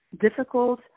difficult